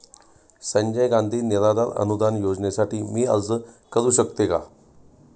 संजय गांधी निराधार अनुदान योजनेसाठी मी अर्ज करू शकते का?